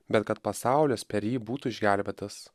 bet kad pasaulis per jį būtų išgelbėtas